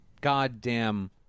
goddamn